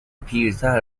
پیرتر